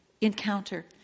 encounter